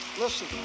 Listen